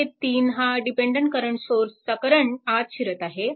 v 3 हा dependent current सोर्सचा current आत शिरत आहे